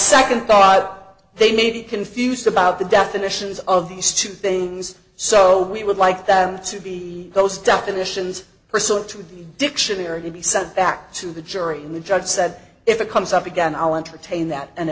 nd thought they needed confused about the definitions of these two things so we would like them to be those definitions pursuant to the dictionary to be sent back to the jury the judge said if it comes up again i'll entertain that and